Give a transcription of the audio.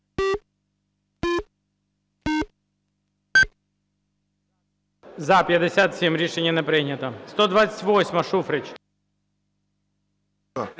За-57 Рішення не прийнято. 128-а, Шуфрич.